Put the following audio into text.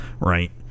Right